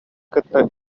кытта